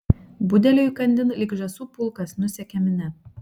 budeliui įkandin lyg žąsų pulkas nusekė minia